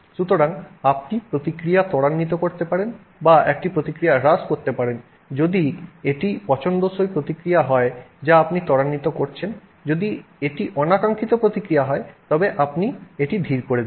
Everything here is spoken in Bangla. সুতরাং আপনি প্রতিক্রিয়া ত্বরান্বিত করতে পারেন বা একটি প্রতিক্রিয়া হ্রাস করতে পারেন যদি এটি পছন্দসই প্রতিক্রিয়া হয় যা আপনি ত্বরান্বিত করছেন যদি এটি অনাকাঙ্ক্ষিত প্রতিক্রিয়া হয় তবে আপনি এটি ধীর করে দিন